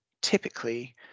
typically